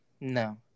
no